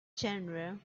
general